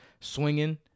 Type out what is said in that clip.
swinging